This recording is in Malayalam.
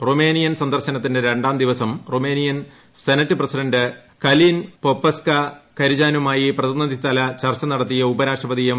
റുമേനിയൻ സന്ദർശനത്തിന്റെ ര ാം ദിവസം Romanian senate president Calin Popescu കരിചാനുമായി പ്രതിനിധി തല ചർച്ച നടത്തിയ ഉപരാഷ്ട്രപതി എം